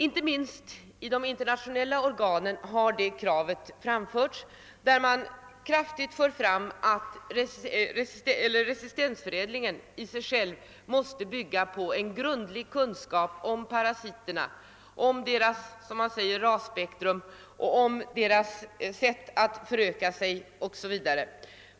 Inte minst inom de internationella organen har kravet på ökad sådan forskning framförts. Man har därvid understrukit att resistensförädling måste bygga på en grundlig kunskap av parasiterna, om deras rasspektrum, deras sätt att föröka sig o.s.v.